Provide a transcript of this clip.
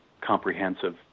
comprehensive